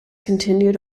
continued